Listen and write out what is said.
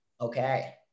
Okay